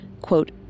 quote